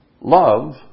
Love